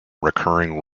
recurring